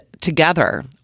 together